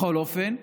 בכל אופן,